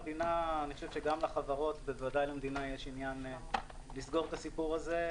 אני חושב שגם לחברות יש בוודאי עניין לסגור את הסיפור הזה.